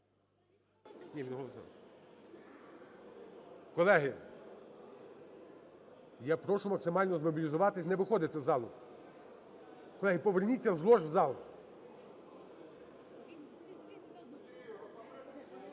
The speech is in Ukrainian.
Колеги, я прошу максимально змобілізуватись, не виходити із залу. Колеги, поверніться з лож в зал.